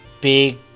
big